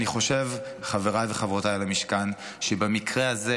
אני חושב, חבריי וחברותיי למשכן, שבמקרה הזה